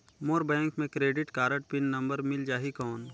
मोर bank मे credit card pin number मिल जाहि कौन?